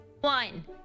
One